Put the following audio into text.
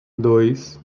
dois